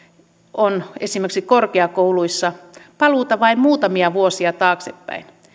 on esimerkiksi korkeakouluissa paluuta vain muutamia vuosia taaksepäin